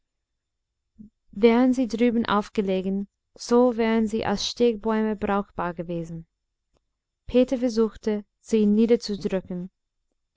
wären sie drüben aufgelegen so wären sie als stegbäume brauchbar gewesen peter versuchte sie niederzudrücken